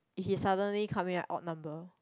he suddenly come in like odd number